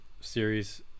series